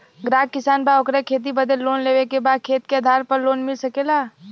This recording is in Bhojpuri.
ग्राहक किसान बा ओकरा के खेती बदे लोन लेवे के बा खेत के आधार पर लोन मिल सके ला?